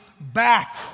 back